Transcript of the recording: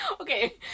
Okay